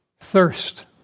Thirst